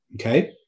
Okay